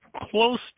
close